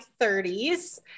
30s